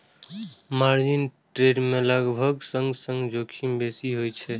margin trade मे लाभक संग संग जोखिमो बेसी होइ छै